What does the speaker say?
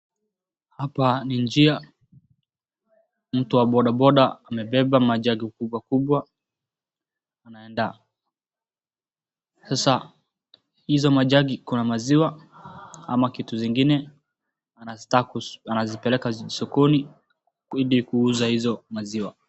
Hapa ni njia, mtu wa boda boda amebeba majagi kubwa kubwa, anaenda sasa hizo, majagi kuna maziwa ama kitu nyingine, anataka kuzipeleka sokoni, ili kuuza hiyo maziwa.